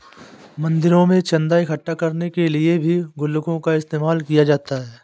मंदिरों में चन्दा इकट्ठा करने के लिए भी गुल्लकों का इस्तेमाल किया जाता है